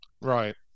Right